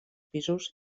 pisos